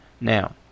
now